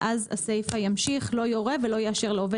ואז הסיפה ממשיכה ואומרת: